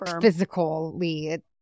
physically